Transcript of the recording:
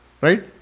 Right